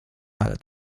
ale